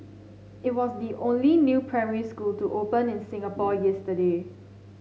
it was the only new primary school to open in Singapore yesterday